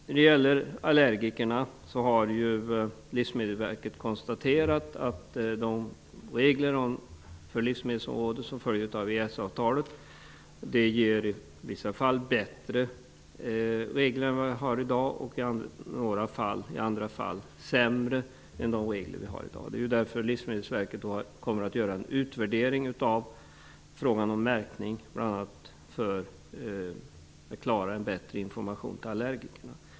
När det gäller allergikerna har Livsmedelsverket konstaterat att de regler på livsmedelsområdet som följer av EES-avtalet i vissa fall ger bättre regler än vad vi har i dag och i andra fall sämre regler än de vi har i dag. Det är därför Livsmedelsverket kommer att göra en utvärdering av frågan om märkning för att bl.a. klara av att ge en bättre information till allergikerna.